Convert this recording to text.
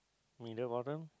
middle bottom